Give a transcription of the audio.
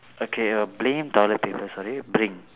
okay err bring toilet paper sorry bring